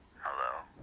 Hello